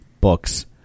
books